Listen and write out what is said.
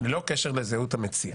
ללא קשר לזהות המציע.